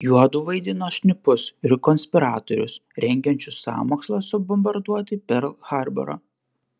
juodu vaidino šnipus ir konspiratorius rengiančius sąmokslą subombarduoti perl harborą